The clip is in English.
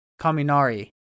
Kaminari